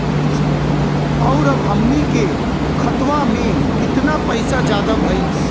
और अब हमनी के खतावा में कितना पैसा ज्यादा भईल बा?